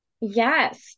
yes